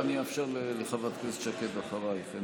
ואני אאפשר לחברת הכנסת שקד אחרייך.